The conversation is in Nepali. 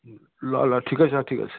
ल ल ठिकै छ ठिकै छ